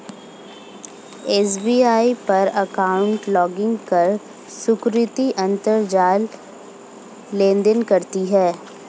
SBI पर account login कर सुकृति अंतरजाल लेनदेन करती है